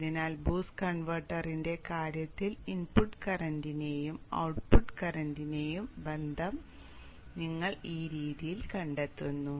അതിനാൽ ബൂസ്റ്റ് കൺവെർട്ടറിന്റെ കാര്യത്തിൽ ഇൻപുട്ട് കറന്റിന്റെയും ഔട്ട്പുട്ട് കറന്റിന്റെയും ബന്ധം നിങ്ങൾ ഈ രീതിയിൽ കണ്ടെത്തുന്നു